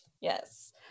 Yes